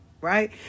right